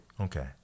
Okay